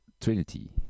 Trinity